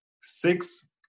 six